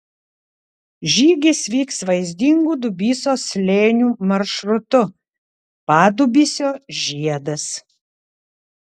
žygis vyks vaizdingu dubysos slėniu maršrutu padubysio žiedas